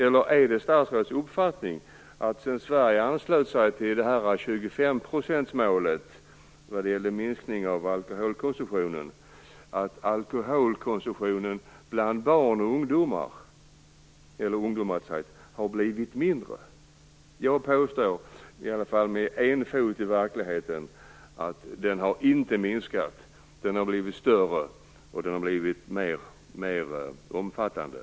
Är det statsrådets uppfattning att alkoholkonsumtionen, sedan Sverige anslöt sig till 25-procentsmålet vad gäller minskning av alkoholkonsumtionen, bland ungdomar har blivit mindre? Jag påstår, i alla fall med en fot i verkligheten, att den inte har minskat utan har blivit större och mer omfattande.